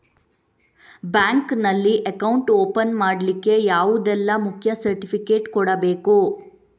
Bank ನಲ್ಲಿ account open ಮಾಡ್ಲಿಕ್ಕೆ ಯಾವುದೆಲ್ಲ ಮುಖ್ಯ ಸರ್ಟಿಫಿಕೇಟ್ ಕೊಡ್ಬೇಕು?